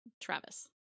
Travis